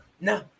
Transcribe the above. no